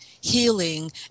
healing